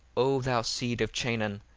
o thou seed of chanaan,